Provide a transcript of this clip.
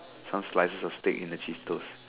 some slices of steak in the cheese toast